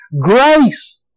Grace